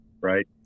right